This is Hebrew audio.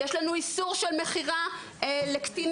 יש לנו איסור של מכירה לקטינים,